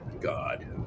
God